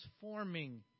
forming